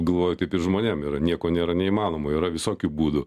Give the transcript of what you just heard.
galvoju taip ir žmonėm yra nieko nėra neįmanomo yra visokių būdų